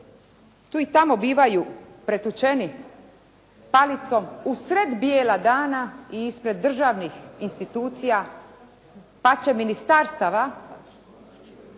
tu i tamo bivaju pretučeni palicom usred bijelog dana i ispred državnih institucija, pače ministarstava